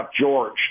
George